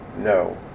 No